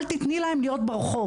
אל תתני להם להיות ברחוב.